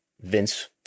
Vince